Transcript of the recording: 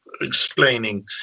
explaining